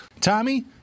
Tommy